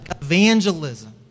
evangelism